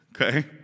Okay